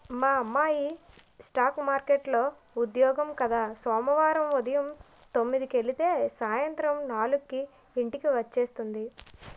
మా అమ్మాయికి స్ఠాక్ మార్కెట్లో ఉద్యోగం కద సోమవారం ఉదయం తొమ్మిదికెలితే సాయంత్రం నాలుక్కి ఇంటికి వచ్చేస్తుంది